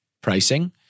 pricing